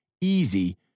easy